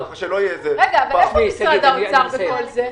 איפה משרד האוצר בכל זה?